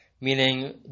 meaning